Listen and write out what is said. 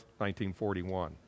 1941